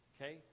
Okay